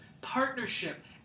partnership